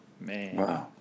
Man